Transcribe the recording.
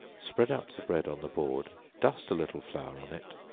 spread out the bread on the board, dust a little flour on it,